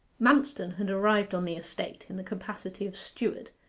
manston had arrived on the estate, in the capacity of steward,